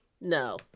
No